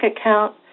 account